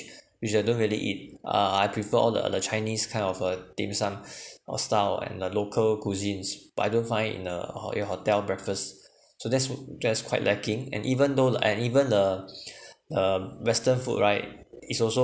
which I don't really eat ah I prefer all the the chinese kind of a dim sum or style and the local cuisines but I don't find in the ho~ your hotel breakfast so that's just quite lacking and even though like and even the um western food right is also